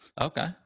Okay